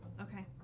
okay